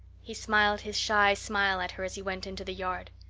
he smiled his shy smile at her as he went into the yard.